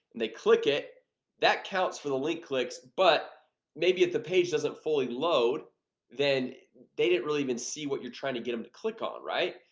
they click it that counts for the link clicks but maybe if the page doesn't fully load then they didn't really even see what you're trying to get them to click on right?